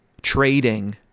trading